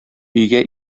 өйгә